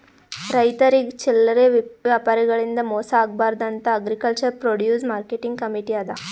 ರೈತರಿಗ್ ಚಲ್ಲರೆ ವ್ಯಾಪಾರಿಗಳಿಂದ್ ಮೋಸ ಆಗ್ಬಾರ್ದ್ ಅಂತಾ ಅಗ್ರಿಕಲ್ಚರ್ ಪ್ರೊಡ್ಯೂಸ್ ಮಾರ್ಕೆಟಿಂಗ್ ಕಮೀಟಿ ಅದಾ